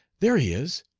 there he is,